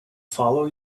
follow